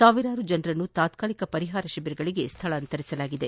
ಸಾವಿರಾರು ಜನರನ್ನು ತಾತಾಲಿಕ ಪರಿಹಾರ ಶಿಬಿರಗಳಿಗೆ ಸ್ವಳಾಂತರಿಸಲಾಗಿದೆ